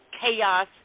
chaos